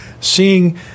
seeing